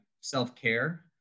self-care